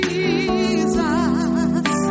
Jesus